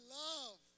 love